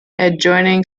adjoining